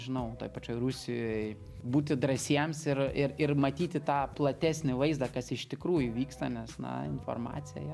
žinau toj pačioj rusijoj būti drąsiems ir ir ir matyti tą platesnį vaizdą kas iš tikrųjų vyksta nes na informacija